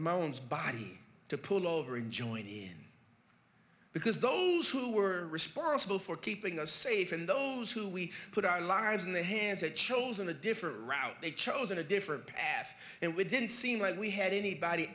emotions body to pull over and join in because those who were responsible for keeping us safe and those who we put our lives in the hands had chosen a different route they chosen a different path and we didn't seem like we had anybody